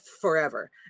forever